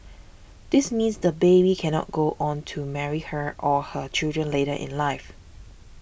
this means the baby cannot go on to marry her or her children later in life